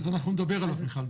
אנחנו נדבר עליו, מיכל.